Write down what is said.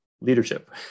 leadership